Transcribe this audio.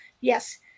Yes